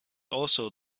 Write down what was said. also